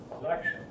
election